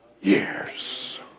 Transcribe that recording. years